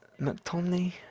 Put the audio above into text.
McTomney